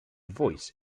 voice